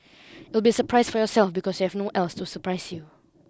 it will be surprise for yourself because you have no else to surprise you